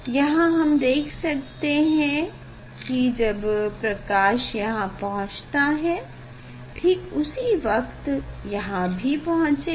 यहाँ हम देख सकते हैं कि जब प्रकाश यहाँ पहुचता है ठीक उसी वक्त यहाँ भी पाहुचेगा